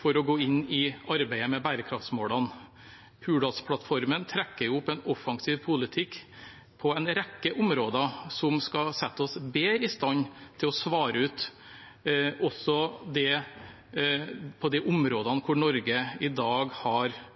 for å gå inn i arbeidet med bærekraftsmålene. Hurdalsplattformen trekker opp en offensiv politikk, på en rekke områder, som skal sette oss bedre i stand til å svare ut også på de områdene hvor Norge i dag har